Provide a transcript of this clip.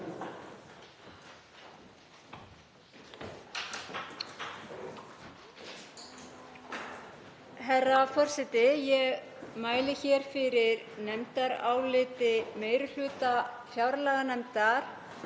Herra forseti. Ég mæli fyrir nefndaráliti meiri hluta fjárlaganefndar